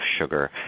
sugar